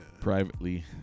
Privately